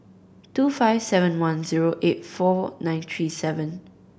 two five seven one zero eight four nine tree seven